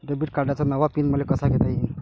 Debit कार्डचा नवा PIN मले कसा घेता येईन?